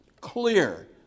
clear